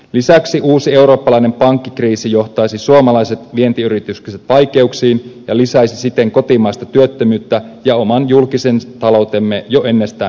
lisäksi uusi eurooppalainen pankkikriisi johtaisi suomalaiset vientiyritykset vaikeuksiin ja lisäisi siten kotimaista työttömyyttä ja oman julkisen taloutemme jo ennestään mittavia ongelmia